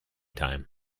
time